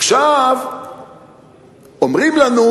עכשיו אומרים לנו: